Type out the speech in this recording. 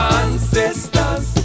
ancestors